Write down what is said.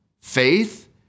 faith